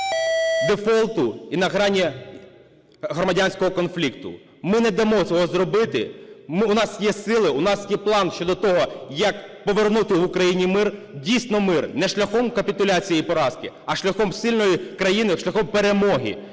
дефолту і на грані громадянського конфлікту. Ми не дамо цього зробити. У нас є сили, у нас є план щодо того, як повернути в Україні мир. Дійсно мир не шляхом капітуляції і поразки, а шляхом сильної країни, шляхом перемоги.